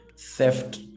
theft